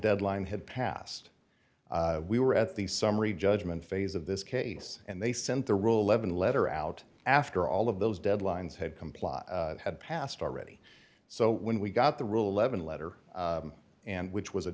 deadline had passed we were at the summary judgment phase of this case and they sent the ruhleben letter out after all of those deadlines had complied had passed already so when we got the rule eleven letter and which was a